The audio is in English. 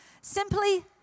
Simply